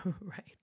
Right